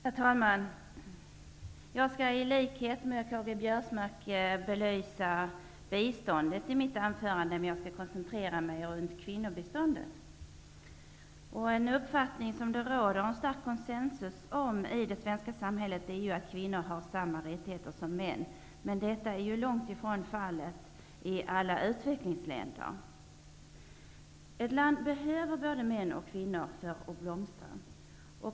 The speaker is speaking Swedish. Herr talman! I likhet med Karl-Göran Biörsmark, skall jag belysa biståndet i mitt anförande, men jag skall koncentrera mig på kvinnobiståndet. En uppfattning som det råder en stark konsensus om i det svenska samhället är att kvinnor har samma rättigheter som män. Detta är långt ifrån fallet i alla utvecklingsländer. Ett land behöver både män och kvinnor för att blomstra.